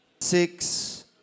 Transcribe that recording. Six